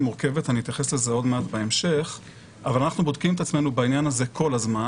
היא מורכבת אבל אנחנו בודקים את עצמנו בעניין הזה כל הזמן.